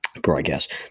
broadcast